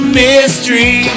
mystery